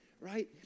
Right